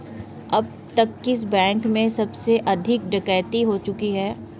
अब तक किस बैंक में सबसे अधिक डकैती हो चुकी है?